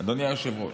אדוני היושב-ראש,